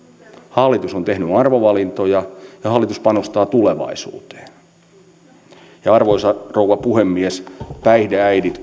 hallitus on tehnyt arvovalintoja ja hallitus panostaa tulevaisuuteen arvoisa rouva puhemies päihdeäidit